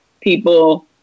people